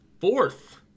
fourth